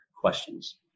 questions